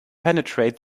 penetrate